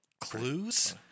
Clues